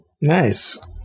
Nice